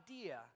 idea